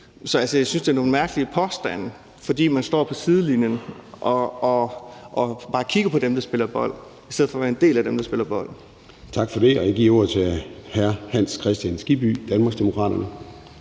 Så jeg synes, det er nogle mærkelige påstande, man kommer med, fordi man står på sidelinjen og bare kigger på dem, der spiller bold, i stedet for at være en del af dem, der spiller bold. Kl. 14:23 Formanden (Søren Gade): Tak for det. Jeg giver ordet til hr. Hans Kristian Skibby, Danmarksdemokraterne.